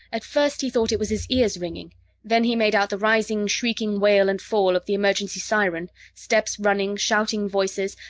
at first he thought it was his ears ringing then he made out the rising, shrieking wail and fall of the emergency siren, steps running, shouting voices,